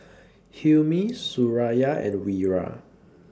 Hilmi Suraya and Wira